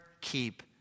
keep